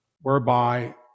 whereby